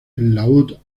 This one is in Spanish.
laúd